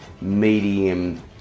medium